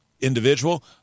individual